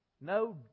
No